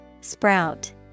Sprout